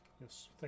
Yes